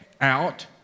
out